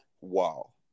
wow